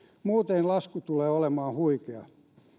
muuten lasku tulee olemaan huikea